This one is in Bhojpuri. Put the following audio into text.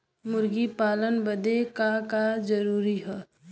मुर्गी पालन बदे का का जरूरी ह?